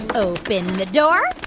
open the door,